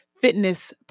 fitness